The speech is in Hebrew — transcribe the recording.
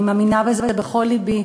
אני מאמינה בזה בכל לבי.